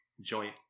joint